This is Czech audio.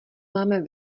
máme